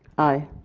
aye.